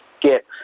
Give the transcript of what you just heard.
get